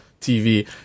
TV